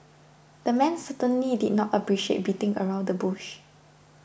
the man certainly did not appreciate beating around the bush